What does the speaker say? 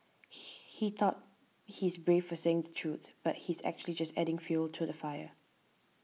he thought he is brave for saying the truth but he is actually just adding fuel to the fire